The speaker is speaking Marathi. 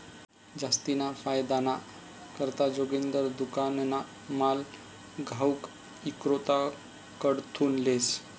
जास्तीना फायदाना करता जोगिंदर दुकानना माल घाऊक इक्रेताकडथून लेस